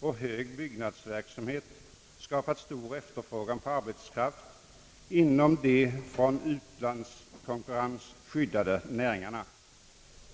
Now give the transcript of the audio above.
och hög byggnadsverksamhet skapat stor efterfrågan på arbetskraft inom de från utlandskonkurrens skyddade näringarna.